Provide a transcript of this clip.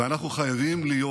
ואנחנו חייבים להיות,